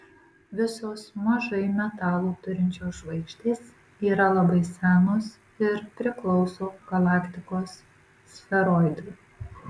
visos mažai metalų turinčios žvaigždės yra labai senos ir priklauso galaktikos sferoidui